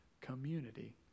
Community